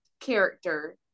character